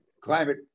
climate